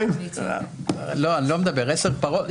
--- אני לא מדבר על זה.